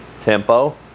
tempo